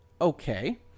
Okay